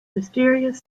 mysterious